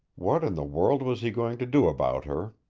what in the world was he going to do about her?